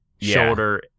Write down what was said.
shoulder